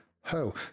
ho